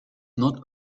not